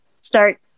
start